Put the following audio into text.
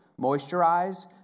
moisturize